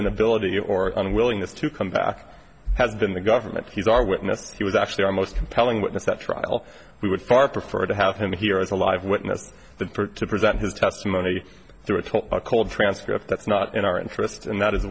inability or unwillingness to come back has been the government he's our witness he was actually our most compelling witness at trial we would far prefer to have him here as a live witness that to present his testimony through it's a cold transcript that's not in our interest and that is